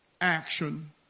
action